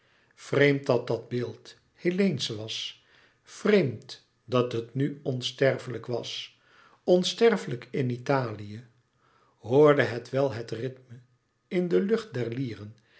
vreemd dat dat beeld helleensch was louis couperus metamorfoze vreemd dat het nu onsterfelijk was onsterfelijk in italië hoorde het wel het rythme in de lucht der lieren